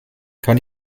kann